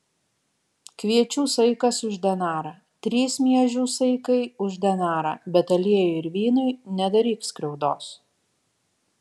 kviečių saikas už denarą trys miežių saikai už denarą bet aliejui ir vynui nedaryk skriaudos